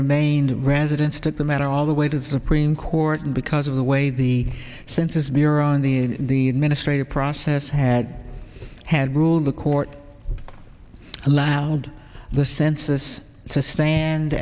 remain residents took the matter all the way to the supreme court and because of the way the census bureau and the administrators process had had ruled the court allowed the census to stand